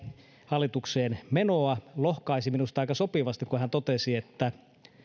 hallitukseen menoa lohkaisi minusta aika sopivasti kun hän totesi että